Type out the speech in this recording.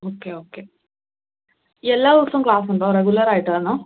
okay okay എല്ലാ ദിവസവും ക്ലാസ്സുണ്ടോ റെഗുലറായിട്ടാണോ